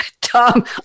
Tom